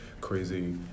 crazy